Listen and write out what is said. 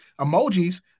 emojis